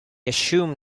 assume